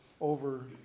over